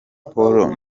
paul